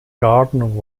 garden